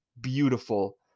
beautiful